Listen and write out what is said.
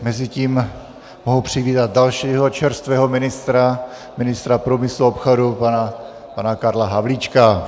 Mezitím mohu přivítat dalšího čerstvého ministra ministra průmyslu a obchodu pana Karla Havlíčka.